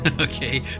Okay